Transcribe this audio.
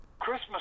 Christmas